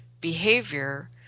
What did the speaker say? behavior